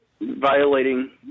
violating